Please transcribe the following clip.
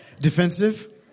defensive